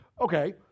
Okay